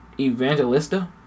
Evangelista